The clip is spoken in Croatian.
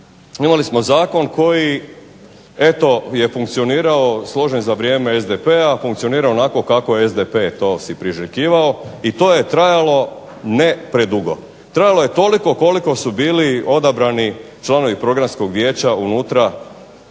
Imali smo zakon koji je funkcionirao složen za vrijeme SDP-a funkcionirao onako kako je SDP to priželjkivao i to je trajalo ne predugo. Trajalo je toliko koliko su bili odabrani članovi programskog vijeća unutra,